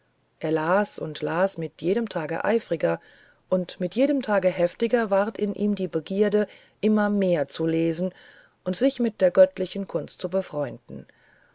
er las und las mit jedem tage eifriger und mit jedem tage heftiger ward in ihm die begier immer mehr zu lesen und sich mit der göttlichen kunst zu befreunden